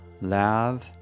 Lav